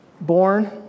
born